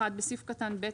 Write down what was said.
בסעיף 4 - (1) בסעיף קטן (ב),